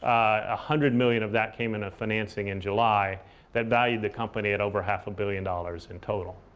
ah hundred million of that came in a financing in july that valued the company at over half a billion dollars in total.